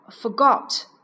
forgot